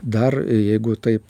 dar jeigu taip